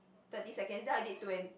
thirty seconds then I did twen~